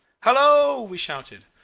hallo! we shouted.